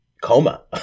coma